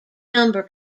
number